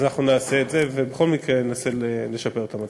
אז אנחנו נעשה, ובכל מקרה ננסה לשפר את המצב.